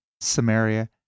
Samaria